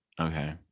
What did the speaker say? Okay